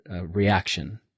reaction